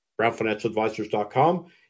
brownfinancialadvisors.com